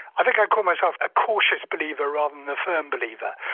i think i'd call myself a cautious believer rather than a firm believer.